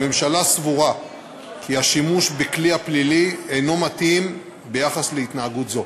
הממשלה סבורה כי השימוש בכלי הפלילי אינו מתאים ביחס להתנהגות זו.